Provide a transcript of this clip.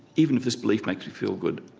even if this belief makes me feel good,